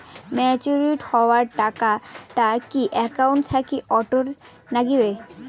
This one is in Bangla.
ম্যাচিওরড হওয়া টাকাটা কি একাউন্ট থাকি অটের নাগিবে?